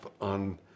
on